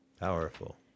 Powerful